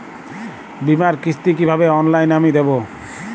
বীমার কিস্তি কিভাবে অনলাইনে আমি দেবো?